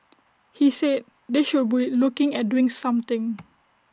he said they should be looking at doing something